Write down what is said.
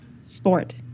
Sport